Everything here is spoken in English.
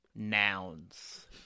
Nouns